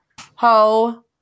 Ho